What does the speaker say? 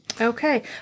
Okay